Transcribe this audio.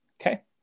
Okay